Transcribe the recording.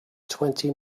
twenty